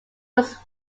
was